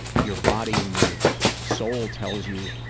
your body and your soul tells you,